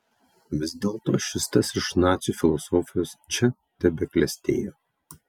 vis dėlto šis tas iš nacių filosofijos čia tebeklestėjo